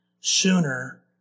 sooner